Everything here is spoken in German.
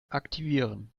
aktivieren